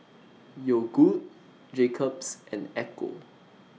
Yogood Jacob's and Ecco